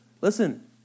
Listen